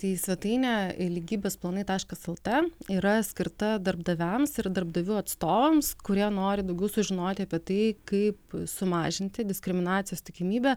tai svetainė lygybės planai taškas lt yra skirta darbdaviams ir darbdavių atstovams kurie nori daugiau sužinoti apie tai kaip sumažinti diskriminacijos tikimybę